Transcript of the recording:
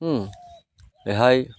ହଁ ଏହା ହିଁ